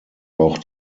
auch